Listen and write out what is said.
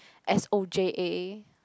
s_o_j_a